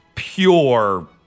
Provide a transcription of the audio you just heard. pure